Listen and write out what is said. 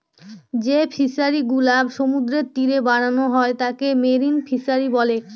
যে ফিশারিগুলা সমুদ্রের তীরে বানানো হয় তাকে মেরিন ফিশারী বলে